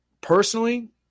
personally